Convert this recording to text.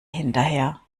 hinterher